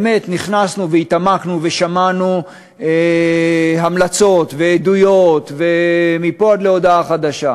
באמת נכנסנו והתעמקנו ושמענו המלצות ועדויות מפה עד להודעה חדשה.